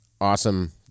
awesome